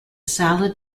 salad